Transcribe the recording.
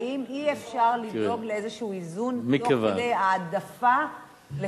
האם אי-אפשר לדאוג לאיזה איזון תוך כדי העדפה של